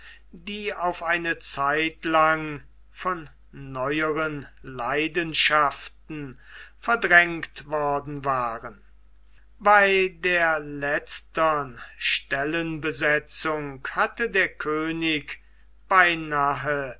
die auf eine zeitlang von neueren leidenschaften verdrängt worden waren bei der letzten stellenbesetzung hatte der könig beinahe